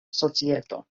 societo